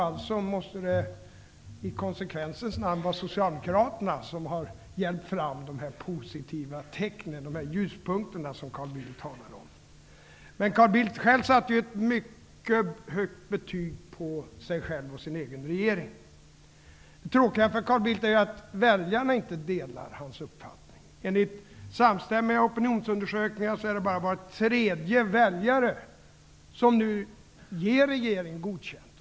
Alltså måste det i konsekvensens namn vara Socialdemokraterna som har hjälpt fram dessa positiva tecken, dessa ljuspunkter som Carl Bildt talar om. Carl Bildt satte ett mycket högt betyg på sig själv och sin egen regering. Det tråkiga för Carl Bildt är att väljarna inte delar hans uppfattning. Enligt samstämmiga opinionsundersökningar är det bara var tredje väljare som nu ger regeringen godkänt.